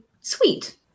sweet